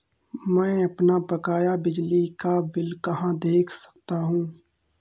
मैं अपना बकाया बिजली का बिल कहाँ से देख सकता हूँ?